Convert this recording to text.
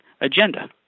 agenda